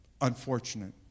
unfortunate